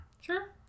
sure